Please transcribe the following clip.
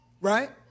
right